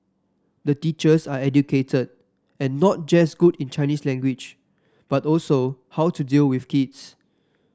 the teachers are educated and not just good in Chinese language but also know how to deal with kids